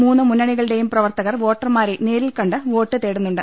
മൂന്നു മുന്നണികളുടെയും പ്രവർത്തകർ വോട്ടർമാരെ നേരിൽകണ്ട് വോട്ട് തേടുന്നുണ്ട്